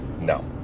no